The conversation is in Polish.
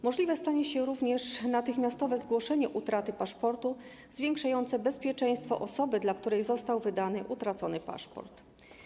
Możliwe stanie się również natychmiastowe zgłoszenie utraty paszportu, zwiększające bezpieczeństwo osoby, dla której został wydany utracony paszport.